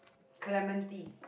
Clementi